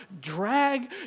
Drag